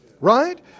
Right